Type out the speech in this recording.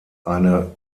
eine